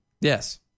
Yes